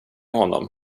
honom